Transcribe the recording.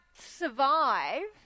survive